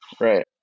Right